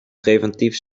preventief